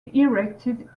erected